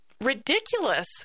ridiculous